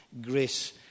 grace